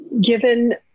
Given